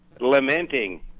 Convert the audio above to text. lamenting